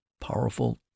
powerful